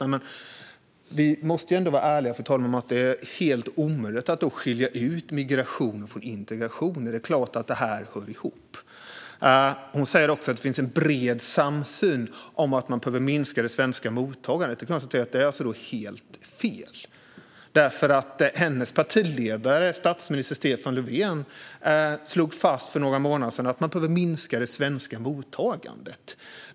Men vi måste ändå vara ärliga, fru talman, och säga att det är helt omöjligt att skilja ut migration från integration. Det är klart att detta hör ihop. Hon säger också att det finns en bred samsyn om att man behöver minska det svenska mottagandet. Det är helt fel. Hennes partiledare, statsminister Stefan Löfven, slog för några månader sedan fast att man behöver minska det svenska mottagandet.